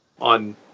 on